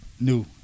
new